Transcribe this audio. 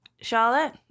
Charlotte